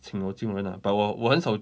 请我进门 lah but 我我很少